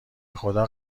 بخدا